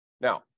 Now